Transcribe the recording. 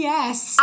Yes